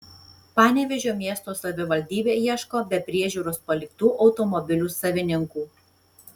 panevėžio miesto savivaldybė ieško be priežiūros paliktų automobilių savininkų